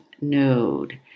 node